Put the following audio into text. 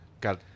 got